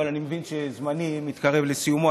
אבל אני מבין שזמני מתקרב לסיומו,